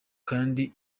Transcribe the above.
kandi